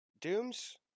Dooms